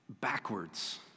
backwards